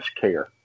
care